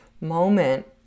moment